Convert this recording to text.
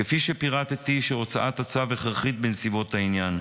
כפי שפירטתי, שהוצאת הצו הכרחית בנסיבות העניין.